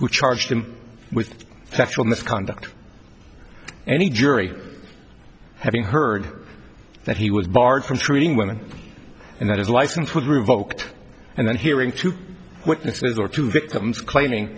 who charged him with sexual misconduct any jury having heard that he was barred from treating women and that his license was revoked and then hearing two witnesses or two victims claiming